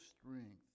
strength